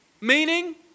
meaning